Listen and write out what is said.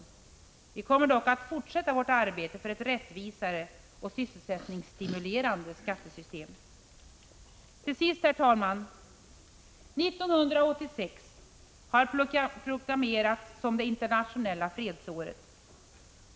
Centern kommer dock att fortsätta sitt arbete för ett rättvisare och sysselsättningsstimulerande skattesystem. Herr talman! 1986 har proklamerats som det internationella fredsåret.